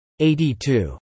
82